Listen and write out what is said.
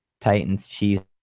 Titans-Chiefs